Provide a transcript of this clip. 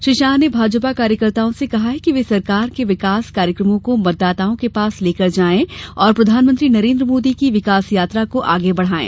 श्री शाह ने भाजपा कार्यकर्ताओं से कहा कि वे सरकार के विकास कार्यक्रमों को मतदाताओं के पास लेकर जाएं और प्रधानमंत्री नरेन्द्र मोदी की विकास यात्रा को आगे बढ़ाएं